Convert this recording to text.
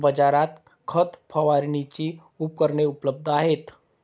बाजारात खत फवारणीची उपकरणे उपलब्ध आहेत